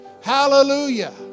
hallelujah